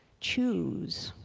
choose